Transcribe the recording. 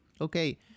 Okay